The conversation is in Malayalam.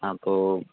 അപ്പോൾ